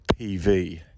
PV